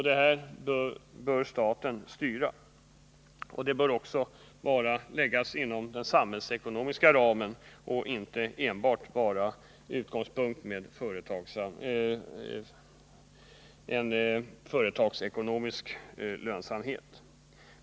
Detta bör staten styra och det hela bör ligga inom den samhällsekonomiska ramen och inte enbart ha utgångspunkt i företagsekonomisk lönsamhet.